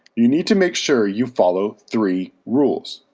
you need to make sure you follow three rules.